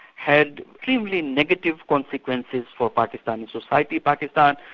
had extremely negative consequences for pakistan, society. pakistan,